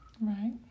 Right